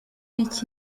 iki